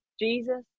Jesus